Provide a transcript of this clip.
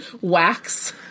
wax